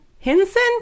Henson